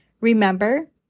Remember